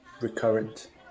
recurrent